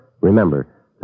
Remember